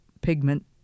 pigment